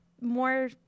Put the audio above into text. More